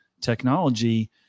technology